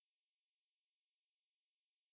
ah பண்ணிர்கே:pannirkae ah